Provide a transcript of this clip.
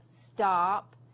stop